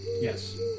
Yes